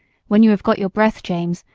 when you have got your breath, james,